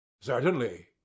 Certainly